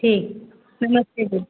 ठीक नमस्ते